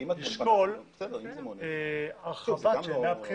לשקול הרחבת שעות.